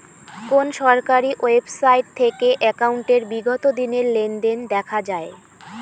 কোন সরকারি ওয়েবসাইট থেকে একাউন্টের বিগত দিনের লেনদেন দেখা যায়?